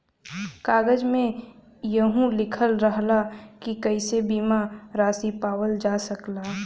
कागज में यहू लिखल रहला की कइसे बीमा रासी पावल जा सकला